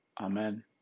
Amen